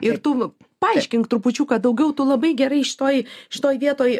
ir tu paaiškink trupučiuką daugiau tu labai gerai šitoj šitoje vietoj